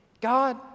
god